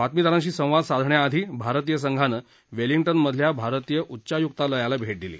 बातमीदारांशी संवाद साधण्याआधी साधत यादी भारतीय संघानं वेलिंग्टन मधल्या भारतीय उच्चाय्क्तालयाला भेट दिली